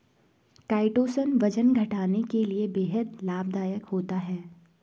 chitosan वजन घटाने के लिए बेहद लाभदायक होता है